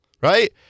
right